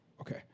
okay